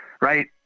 right